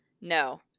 no